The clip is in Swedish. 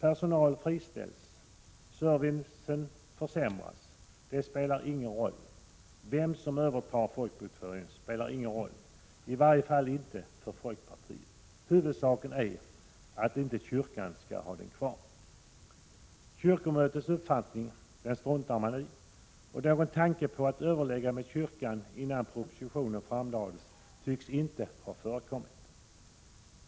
Personal friställs och servicen försämras — det spelar ingen roll. Vem som övertar folkbokföringen spelar ingen roll, i varje fall inte för folkpartiet. Huvudsaken är att inte kyrkan skall ha den kvar. Kyrkomötets uppfattning struntar man i, och någon tanke på att överlägga med kyrkan innan propositionen framlades tycks inte ha förekommit.